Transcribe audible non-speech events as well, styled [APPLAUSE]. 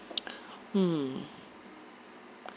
[NOISE] mm